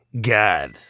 God